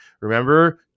Remember